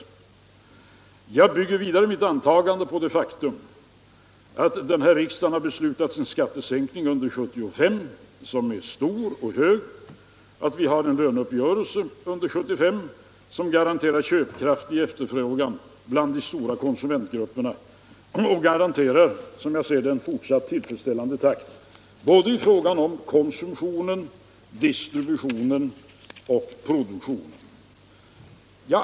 Jag bygger vidare mitt antagande på det faktum att den här riksdagen har beslutat en stor skattesänkning under 1975, att vi har en löneuppgörelse under 1975 som garanterar köpkraft och efterfrågan bland de stora konsumentgrupperna och garanterar, som jag ser det, en fortsatt tillfredsställande utvecklingstakt i fråga om konsumtionen, distributionen och produktionen.